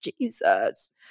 Jesus